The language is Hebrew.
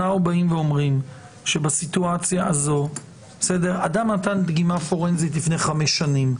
אלא אנחנו אומרים שבסיטואציה הזאת אדם נתן דגימה פורנזית לפני חמש שנים,